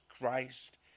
Christ